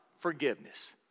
Forgiveness